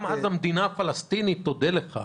גם אז המדינה הפלסטינית תודה לך.